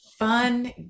fun